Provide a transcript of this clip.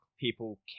people